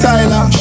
Tyler